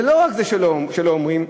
ולא רק שלא אומרים,